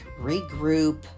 regroup